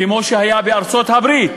כמו שהיה בארצות-הברית,